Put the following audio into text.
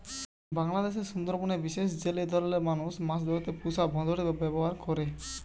বাংলাদেশের সুন্দরবনের বিশেষ জেলে দলের মানুষ মাছ ধরতে পুষা ভোঁদড়ের ব্যাভার করে